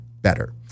better